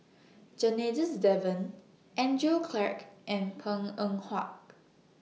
Janadas Devan Andrew Clarke and Png Eng Huat